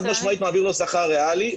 חד משמעית, מעביר לו שכר ריאלי.